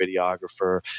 videographer